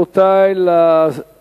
אני מצטער, אני